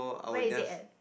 where is it at